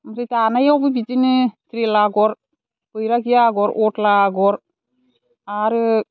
ओमफ्राय दानायवबो बिदिनो रिल आगर बैरागि आगर अरला आगर आरो